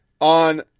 on